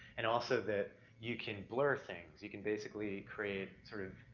and also that you can blur things. you can basically create sort of,